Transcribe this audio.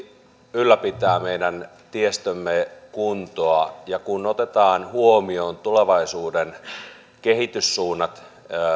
ylläpitää meidän tiestömme kuntoa ja kun otetaan huomioon tulevaisuuden kehityssuunnat